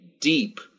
deep